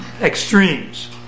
extremes